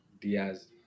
Diaz